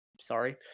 sorry